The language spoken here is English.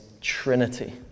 Trinity